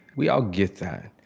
we all get that.